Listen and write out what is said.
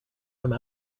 come